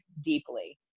deeply